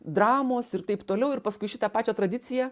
dramos ir taip toliau ir paskui šitą pačią tradiciją